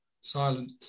Silent